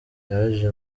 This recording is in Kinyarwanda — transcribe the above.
yaje